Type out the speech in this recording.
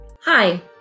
Hi